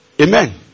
Amen